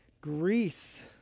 Greece